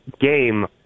game